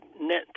net